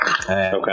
Okay